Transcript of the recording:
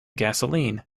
gasoline